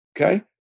okay